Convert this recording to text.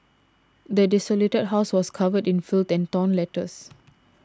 the desolated house was covered in filth and torn letters